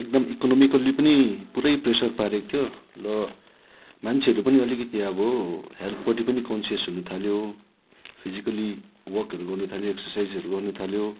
एकदम इकोनोमिकेली पनि पुरै प्रेसर पारेको थियो र मान्छेहरू पनि अलिकति अब हेल्थपट्टि पनि कन्सियस हुन थाल्यो फिजिकली वर्कहरू गर्न थाल्यो एक्सर्साइजहरू गर्न थाल्यो